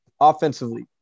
Offensively